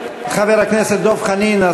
חבר הכנסת דב חנין.